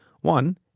One